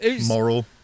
moral